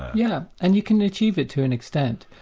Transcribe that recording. yeah and you can achieve it to an extent,